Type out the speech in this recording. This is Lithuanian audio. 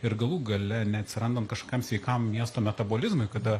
ir galų gale neatsirandant kažkokiam sveikam miesto metabolizmui kada